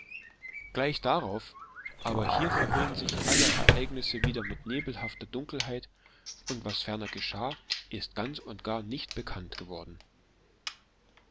gleich darauf aber hier verhüllen sich alle ereignisse wieder mit nebelhafter dunkelheit und was ferner geschah ist ganz und gar nicht bekannt geworden